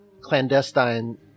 clandestine